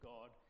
God